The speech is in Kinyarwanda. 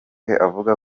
avuga